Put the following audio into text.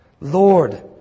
Lord